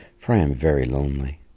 for i am very lonely.